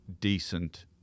decent